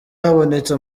habonetse